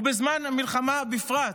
ובזמן מלחמה בפרט.